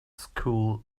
school